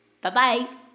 Bye-bye